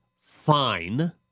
fine